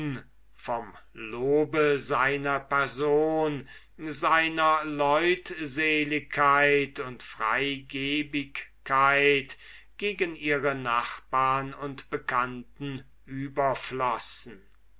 vom lobe seiner person seiner leutseligkeit und freigebigkeit gegen ihre nachbarn und bekannten